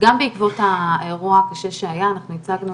גם בעקבות האירוע הקשה שהיה, אנחנו ייצגנו